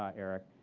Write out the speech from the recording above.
ah eric,